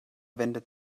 wendet